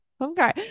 okay